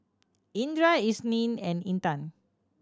Indra Isnin and Intan